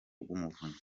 rw’umuvunyi